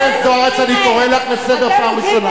חברת הכנסת זוארץ, אני קורא אותך לסדר פעם ראשונה.